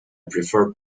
prefer